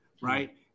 Right